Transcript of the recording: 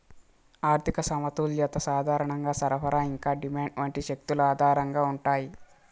ఆర్థిక సమతుల్యత సాధారణంగా సరఫరా ఇంకా డిమాండ్ వంటి శక్తుల ఆధారంగా ఉంటాయి